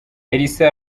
elisa